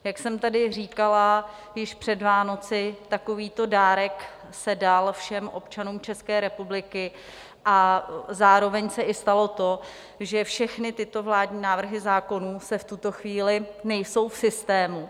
Jak jsem tady říkala již před Vánoci, takovýto dárek se dal všem občanům České republiky a zároveň se i stalo to, že všechny tyto vládní návrhy zákonů v tuto chvíli nejsou v systému.